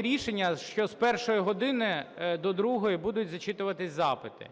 рішення, що з першої години до другої будуть зачитуватися запити.